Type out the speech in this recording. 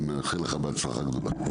ומאחל לך בהצלחה גדולה.